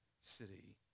city